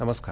नमस्कार